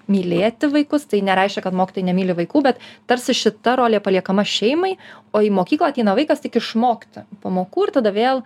mylėti vaikus tai nereiškia kad mokytojai nemyli vaikų bet tarsi šita rolė paliekama šeimai o į mokyklą ateina vaikas tik išmokti pamokų ir tada vėl